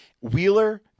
Wheeler